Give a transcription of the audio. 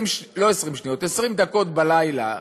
20 דקות בלילה,